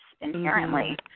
inherently